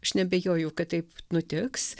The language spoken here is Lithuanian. aš neabejoju kad taip nutiks